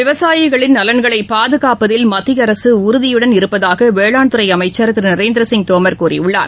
விவசாயிகளின் நலன்களை பாதுகாப்பதில் மத்திய அரசு உறுதியுடன் இருப்பதாக வேளாண் துறை அமைச்சர் திரு நரேந்திர சிங் தோமர் கூறியுள்ளார்